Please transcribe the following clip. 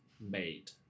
made